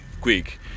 quick